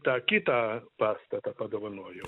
tą kitą pastatą padovanojau